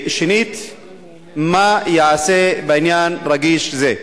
2. מה ייעשה בעניין הרגיש הזה?